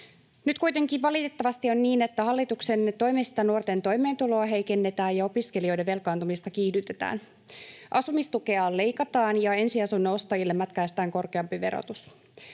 Nyt kuitenkin valitettavasti on niin, että hallituksen toimesta nuorten toimeentuloa heikennetään ja opiskelijoiden velkaantumista kiihdytetään, asumistukea leikataan ja ensiasunnon ostajille mätkäistään korkeampi verotus.